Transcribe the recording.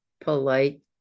polite